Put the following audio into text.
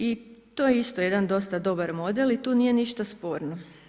I to je isto jedan dosta dobar model i tu nije ništa sporno.